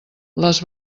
les